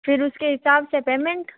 फिर उसके हिसाब से पेमेंट